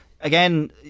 again